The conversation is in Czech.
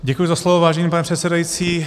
Děkuji za slovo, vážený pane předsedající.